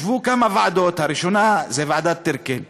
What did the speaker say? ישבו כמה ועדות, הראשונה, ועדת טירקל,